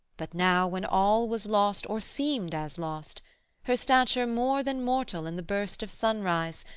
but now when all was lost or seemed as lost her stature more than mortal in the burst of sunrise,